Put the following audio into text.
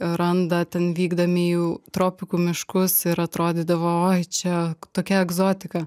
randa ten vykdami jų tropikų miškus ir atrodydavo oi čia tokia egzotika